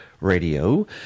Radio